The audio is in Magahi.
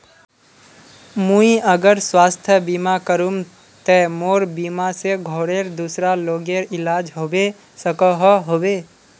मुई अगर स्वास्थ्य बीमा करूम ते मोर बीमा से घोरेर दूसरा लोगेर इलाज होबे सकोहो होबे?